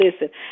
listen